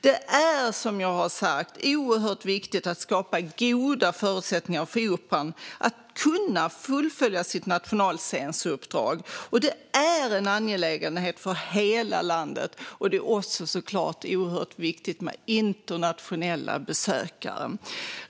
Det är, som jag har sagt, oerhört viktigt att skapa goda förutsättningar för Operan att fullfölja sitt nationalscensuppdrag. Det är en angelägenhet för hela landet, och det är såklart också oerhört viktigt med internationella besök.